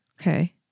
Okay